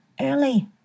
early